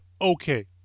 Okay